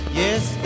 yes